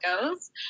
goes